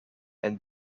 and